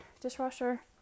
dishwasher